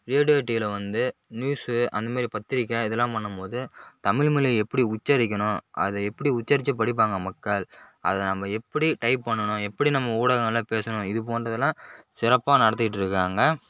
radio டிவியில் வந்து news அந்தமாதிரி பத்திரிக்கை இதெல்லாம் பண்ணும்போது தமிழ்மொழி எப்படி உச்சரிக்கணும் அதை எப்படி உச்சரித்து படிப்பாங்க மக்கள் அதை நம்ம எப்படி டைப் பண்ணணும் எப்படி நம்ம ஊடகங்களில் பேசணும் இது போன்றதெல்லாம் சிறப்பாக நடத்திக்கிட்டு இருக்காங்க